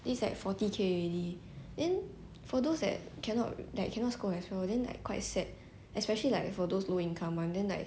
this is like forty K already then for those that cannot that cannot score as well then like quite sad especially like for those low income [one] then like